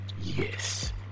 Yes